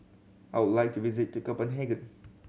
I would like to visit to Copenhagen